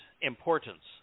importance